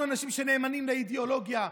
אנחנו אנשים שנאמנים לאידיאולוגיה.